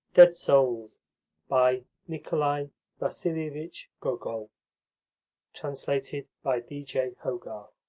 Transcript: dead souls by nikolai vasilievich gogol translated by d. j. hogarth